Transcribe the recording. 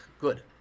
Good